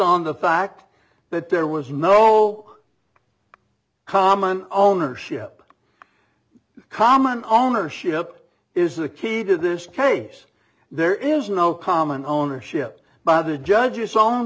on the fact that there was no common ownership common ownership is the key to this case there is no common ownership by the judge